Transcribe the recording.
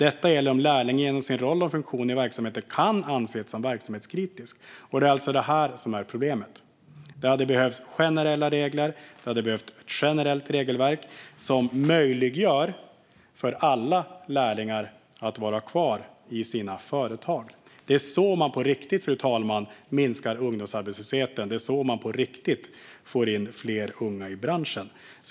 Det gäller om lärlingen genom sin roll och funktion i verksamheten kan anses som verksamhetskritisk." Det är alltså detta som är problemet. Det hade behövts generella regler och ett generellt regelverk som möjliggör för alla lärlingar att vara kvar i sina företag. Det är så man på riktigt, fru talman, minskar ungdomsarbetslösheten. Det är så man på riktigt får in fler unga i branschen.